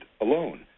alone